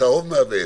צהוב מהבהב,